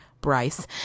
Bryce